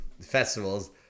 festivals